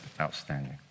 outstanding